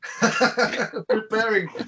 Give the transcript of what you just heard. Preparing